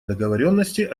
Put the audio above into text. договоренности